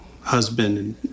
husband